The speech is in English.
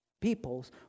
peoples